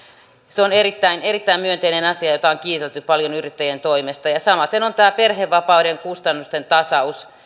se on erittäin erittäin myönteinen asia jota on kiitelty paljon yrittäjien toimesta samaten on tämä perhevapaan kustannusten tasaus